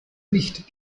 nicht